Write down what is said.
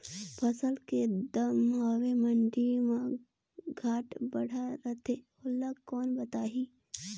फसल के दम हवे मंडी मा घाट बढ़ा रथे ओला कोन बताही?